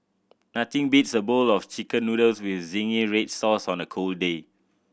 nothing beats a bowl of Chicken Noodles with zingy red sauce on a cold day